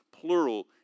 plural